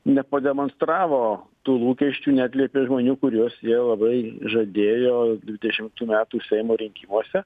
nepademonstravo tų lūkesčių neatliepė žmonių kuriuos jie labai žadėjo dvidešimtų metų seimo rinkimuose